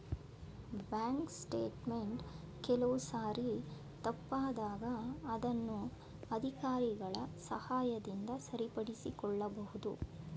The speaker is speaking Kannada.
ಬ್ಯಾಂಕ್ ಸ್ಟೇಟ್ ಮೆಂಟ್ ಕೆಲವು ಸಾರಿ ತಪ್ಪಾದಾಗ ಅದನ್ನು ಅಧಿಕಾರಿಗಳ ಸಹಾಯದಿಂದ ಸರಿಪಡಿಸಿಕೊಳ್ಳಬಹುದು